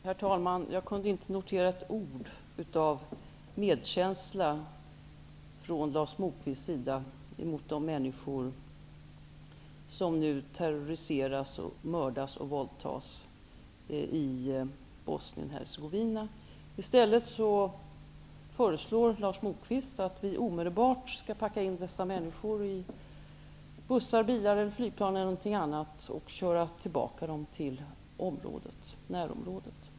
Herr talman! Jag kunde inte notera ett ord av medkänsla från Lars Moquists sida med de män niskor som nu terroriseras, mördas och våldtas i Bosnien-Hercegovina. I stället föreslår Lars Mo quist att vi omedelbart skall packa in dessa männi skor i bussar, bilar eller flygplan och köra dem till baka till närområdet.